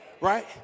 right